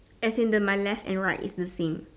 as in my left and right is the same